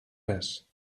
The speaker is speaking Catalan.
res